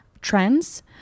trends